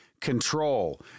control